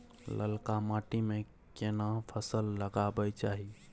ललका माटी में केना फसल लगाबै चाही?